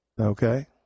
Okay